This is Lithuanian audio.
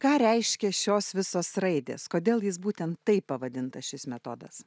ką reiškia šios visos raidės kodėl jis būtent taip pavadintas šis metodas